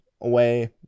away